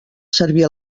servir